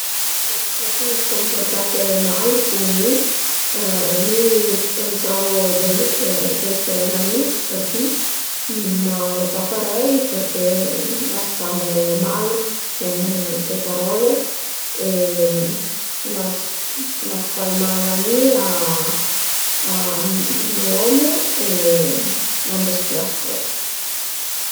Ses propi cumpurtate mal cun mi, mi pënsavu de chë d'ese ün amis për ti, ma al e pa parei perché l'as fame mal cun te parole e l'as l'as fait mal a mi e a me omu e a m'dëspias propi